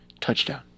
Touchdown